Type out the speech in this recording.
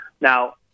Now